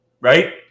Right